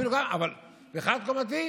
אבל זה חד-קומתי,